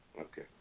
Okay